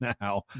now